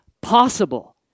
possible